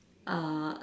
uh